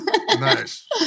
Nice